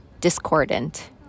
discordant